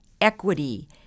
equity